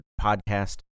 podcast